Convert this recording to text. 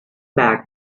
back